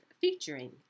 featuring